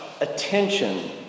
attention